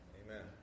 amen